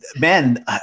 man